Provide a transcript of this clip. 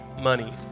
money